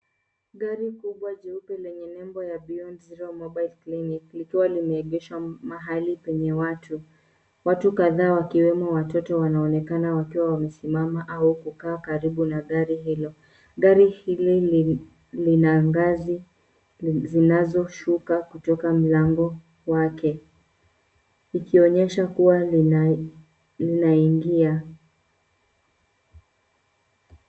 Gari kubwa jeupe lenye nembo ya BEYOND ZERO MOBILE CLINIC likiwa limeegeshwa mahali penye watu. Watu kadhaa wakiwemo watoto wanaonekana wakiwa wamesima au kukaa karibu na gari hilo. Gari hili lina ngazi zinazoshuka kutoka mlango wake likionyesha kuwa linai linaingia.